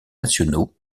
nationaux